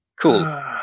Cool